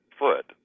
foot